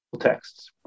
texts